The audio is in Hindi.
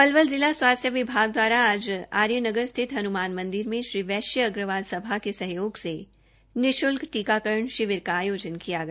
पलवल जिला स्वासथ्य विभाग द्वारा आज आर्य नगर स्थित हनुमान मंदिर में श्री वैश्य अग्रवाल सभा के सहयोग से निश्ल्क टीकाकरण शिविर का आयोजन किया गया